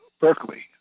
Berkeley